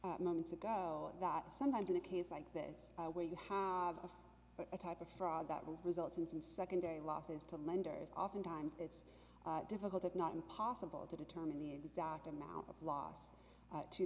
d moments ago that sometimes in a case like this where you have a type of fraud that results in some secondary losses to lenders oftentimes it's difficult if not impossible to determine the exact amount of los